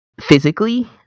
physically